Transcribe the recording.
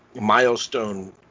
milestone